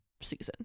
season